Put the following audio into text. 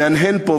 מהנהן פה,